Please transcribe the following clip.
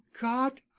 god